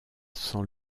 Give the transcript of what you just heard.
sans